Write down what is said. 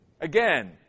Again